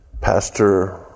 Pastor